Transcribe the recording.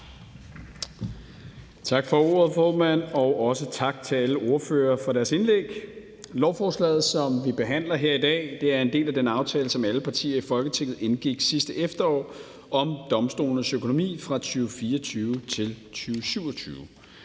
Tak for ordet, formand, og også tak til alle ordførere for deres indlæg. Lovforslaget, som vi behandler her i dag, er en del af den aftale, som alle partier i Folketinget indgik sidste efterår, om domstolenes økonomi for 2024-2027.